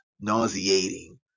nauseating